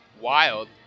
Wild